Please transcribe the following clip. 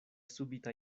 subita